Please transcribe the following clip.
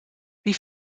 wie